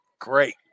great